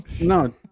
No